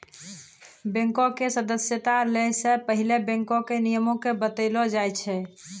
बैंको के सदस्यता लै से पहिले बैंको के नियमो के बतैलो जाय छै